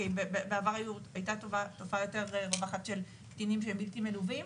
כי בעבר הייתה תופעה יותר רווחת של קטינים שהם בלתי מלווים.